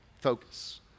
focus